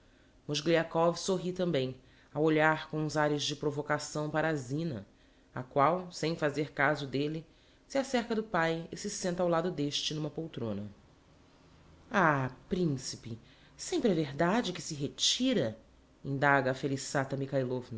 sorri tambem a olhar com uns ares de provocação para a zina a qual sem fazer caso delle se acerca do pae e se senta ao lado d'este n'uma poltrona ah principe sempre é verdade que se retira indaga a